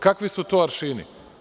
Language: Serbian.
Kakvi su to aršini?